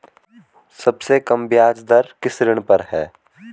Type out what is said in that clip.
सबसे कम ब्याज दर किस ऋण पर है?